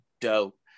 dope